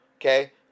okay